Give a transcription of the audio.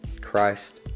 Christ